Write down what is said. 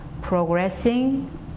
progressing